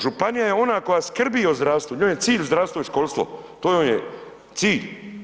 Županija je ona koja skrbi o zdravstvu, njoj je cilj zdravstvo i školstvo, to joj je cilj.